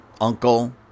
uncle